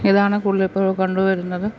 ഇതാണ് കൂടുതലിപ്പോൾ കണ്ട് വരുന്നത്